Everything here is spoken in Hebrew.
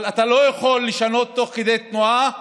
אבל אתה לא יכול לשנות תוך כדי תנועה